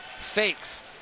fakes